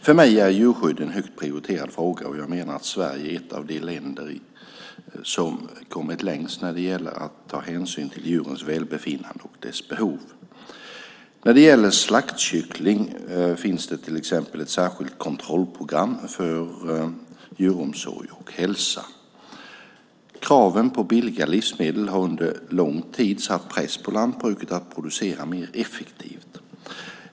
För mig är djurskydd en högt prioriterad fråga och jag menar att Sverige är ett av de länder som kommit längst när det gäller att ta hänsyn till djurens välbefinnande och deras behov. När det gäller slaktkyckling finns det till exempel ett särskilt kontrollprogram för djuromsorg och hälsa. Kraven på billiga livsmedel har under lång tid satt press på lantbruket att producera mer effektivt.